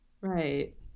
right